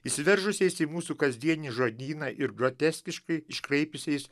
įsiveržusiais į mūsų kasdienį žodyną ir groteskiškai iškraipiusiais